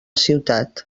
ciutat